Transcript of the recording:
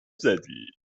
زدی